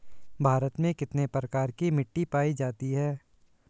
भारत में कितने प्रकार की मिट्टी पाई जाती हैं?